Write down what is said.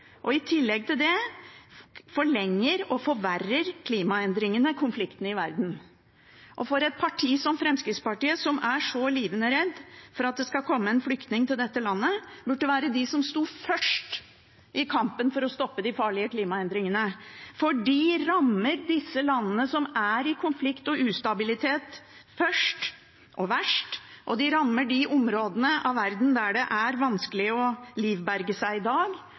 I tillegg forlenger og forverrer klimaendringene konfliktene i verden. Og et parti som Fremskrittspartiet, som er så livende redd for at det skal komme en flyktning til dette landet, burde stå først i kampen for å stoppe de farlige klimaendringene, for de rammer disse landene som er i konflikt og ustabilitet, først og verst, de rammer de områdene av verden der det er vanskelig å livberge seg i dag,